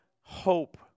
hope